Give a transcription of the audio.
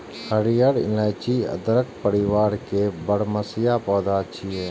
हरियर इलाइची अदरक परिवार के बरमसिया पौधा छियै